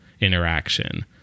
interaction